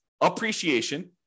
appreciation